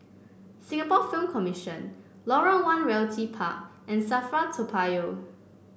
Singapore Film Commission Lorong One Realty Park and Safra Toa Payoh